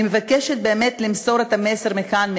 אני מבקשת באמת למסור את המסר מכאן,